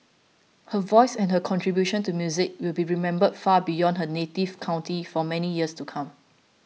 her voice and her contribution to music will be remembered far beyond her native county for many years to come